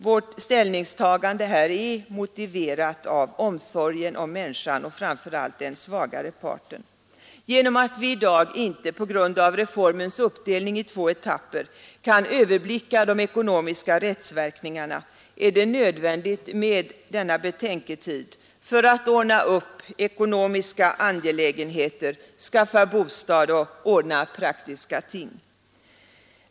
Vårt ställningstagande här är motiverat av omsorgen om människan och framför allt den svagare parten. Genom att vi i dag på grund av reformens uppdelning i två etapper inte kan överblicka de ekonomiska rättsverkningarna är det nödvändigt med denna betänketid för att ordna upp ekonomiska angelägenheter, skaffa bostad och ordna praktiska ting.